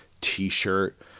T-shirt